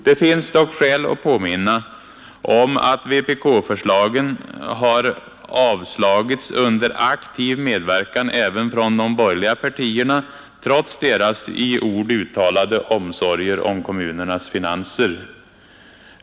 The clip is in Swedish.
Det finns dock skäl att påminna om att vpk-förslagen avslagits under aktiv medverkan även från de borgerliga partierna, trots deras i ord uttalade omsorger om kommunernas finanser.